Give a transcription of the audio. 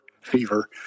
fever